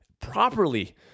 properly